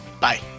Bye